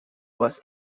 was